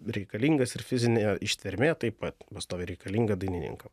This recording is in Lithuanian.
reikalingas ir fizinė ištvermė taip pat pastoviai reikalinga dainininkam